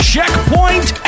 Checkpoint